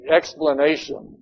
explanation